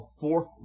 fourth